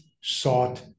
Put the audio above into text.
sought